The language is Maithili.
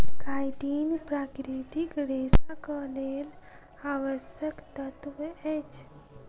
काइटीन प्राकृतिक रेशाक लेल आवश्यक तत्व अछि